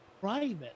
private